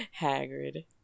Hagrid